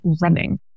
running